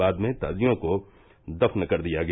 बाद में ताजियों को दफ्न कर दिया गया